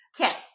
Okay